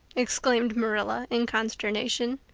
exclaimed marilla in consternation.